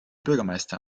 bürgermeister